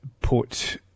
put